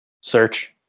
search